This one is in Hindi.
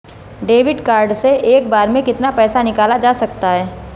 डेबिट कार्ड से एक बार में कितना पैसा निकाला जा सकता है?